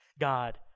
God